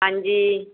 ਹਾਂਜੀ